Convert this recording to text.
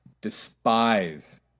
despise